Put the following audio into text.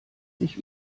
sich